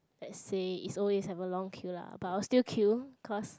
let's say if always have a long queue lah but I will still queue cause